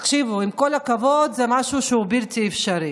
תקשיבו, עם כל הכבוד, זה משהו שהוא בלתי אפשרי.